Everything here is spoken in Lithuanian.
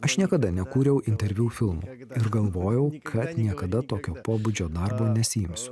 aš niekada nekūriau interviu filmų ir galvojau kad niekada tokio pobūdžio darbo nesiimsiu